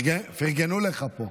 פרגנו לך פה.